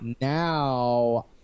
Now